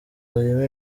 harimo